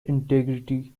integrity